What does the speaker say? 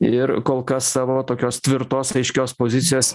ir kol kas savo tokios tvirtos aiškios pozicijos